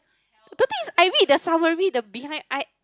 the things is I read the summary the behind I